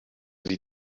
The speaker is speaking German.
sich